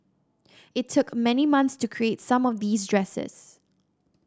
it took many months to create some of these dresses